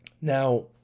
Now